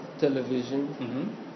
television